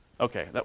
Okay